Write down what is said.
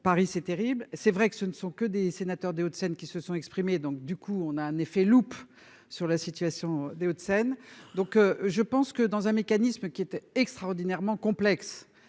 Paris, c'est terrible, c'est vrai que ce ne sont que des sénateur des Hauts-de-Seine, qui se sont exprimés, donc du coup on a un effet loupe sur la situation des Hauts-de-Seine, donc je pense que dans un mécanisme qui était extraordinairement complexe,